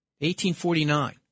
1849